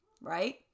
right